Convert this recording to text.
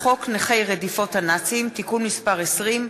חוק נכי רדיפות הנאצים (תיקון מס' 20),